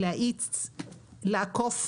להאיץ ולעקוף.